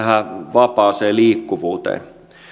vapaaseen liikkuvuuteen